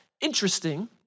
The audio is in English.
Interesting